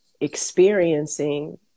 experiencing